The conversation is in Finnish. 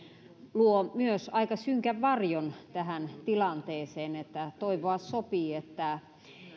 luo myös aika synkän varjon tähän tilanteeseen toivoa sopii että